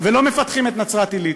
ולא מפתחים את נצרת-עילית.